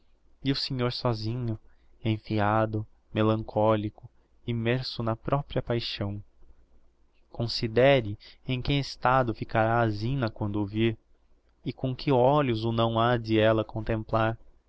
e o senhor sósinho enfiado melancholico immerso na propria paixão considere em que estado ficará a zina quando o vir e com que olhos o não ha de ella contemplar